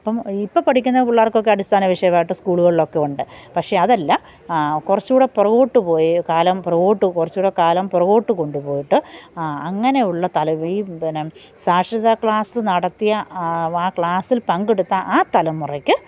അപ്പോള് ഇപ്പോള് പഠിക്കുന്ന പിള്ളാർക്കൊക്കെ അടിസ്ഥാന വിഷയമായിട്ട് സ്കൂളുകളിലൊക്കെ ഉണ്ട് പക്ഷെ അതല്ല കുറച്ചുകൂടെ പുറകോട്ട് പോയി കാലം പുറകോട്ട് കുറച്ചുകൂടെ കാലം പുറകോട്ട് കൊണ്ടുപോയിട്ട് ആ അങ്ങനെ ഉള്ള തല ഈ പിന്നെ സാക്ഷരതാ ക്ലാസ് നടത്തിയ ആ ക്ലാസ്സിൽ പങ്കെടുത്ത ആ തലമുറയ്ക്ക്